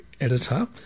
editor